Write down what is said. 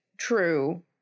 True